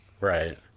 right